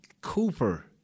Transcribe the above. Cooper